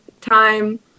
time